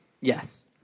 Yes